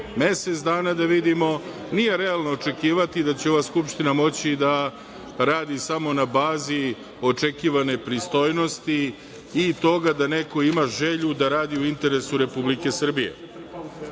mesec dana da vidimo, nije realno očekivati da će ova Skupština moći da radi samo na bazi očekivane pristojnosti i toga da neko ima želju da radi u interesu Republike Srbije. Svašta